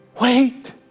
wait